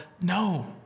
no